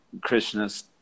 Krishna's